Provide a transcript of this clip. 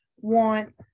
want